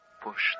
Push